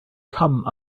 come